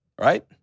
right